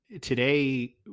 today